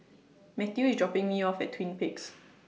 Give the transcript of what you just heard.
Matthew IS dropping Me off At Twin Peaks